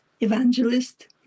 evangelist